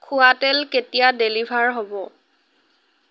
খোৱা তেল কেতিয়া ডেলিভাৰ হ'ব